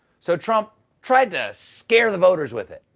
so trump tried to scare the voters with it.